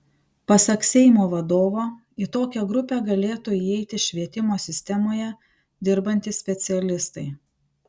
pasak seimo vadovo į tokią grupę galėtų įeiti švietimo sistemoje dirbantys specialistai